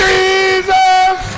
Jesus